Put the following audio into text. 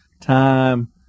Time